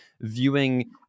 viewing